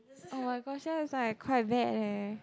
oh my question is like quite dare